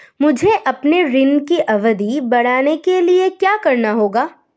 मुझे अपने ऋण की अवधि बढ़वाने के लिए क्या करना होगा?